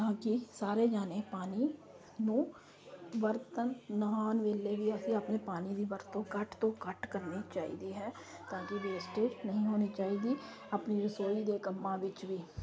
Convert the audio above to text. ਤਾਂ ਕਿ ਸਾਰੇ ਜਾਣੇ ਪਾਣੀ ਨੂੰ ਵਰਤਣ ਨਹਾਉਣ ਵੇਲੇ ਵੀ ਅਸੀਂ ਆਪਣੇ ਪਾਣੀ ਦੀ ਵਰਤੋਂ ਘੱਟ ਤੋਂ ਘੱਟ ਕਰਨੀ ਚਾਹੀਦੀ ਹੈ ਤਾਂ ਕਿ ਵੇਸਟੇਜ਼ ਨਹੀਂ ਹੋਣੀ ਚਾਹੀਦੀ ਆਪਣੀ ਰਸੋਈ ਦੇ ਕੰਮਾਂ ਵਿੱਚ ਵੀ